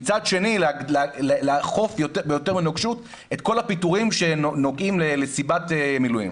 ומצד שני לאכוף יותר בנוקשות את כל הפיטורים שנוגעים לסיבת מילואים.